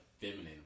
feminine